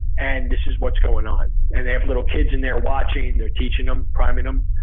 and this is what's going on, and they have little kids in there watching, they're teaching them, priming them.